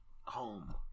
home